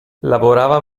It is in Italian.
lavorava